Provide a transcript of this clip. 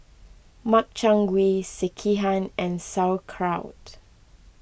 Makchang Gui Sekihan and Sauerkraut